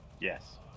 Yes